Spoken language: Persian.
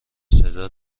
صدا